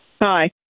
hi